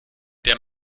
der